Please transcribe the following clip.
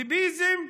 ביביזם,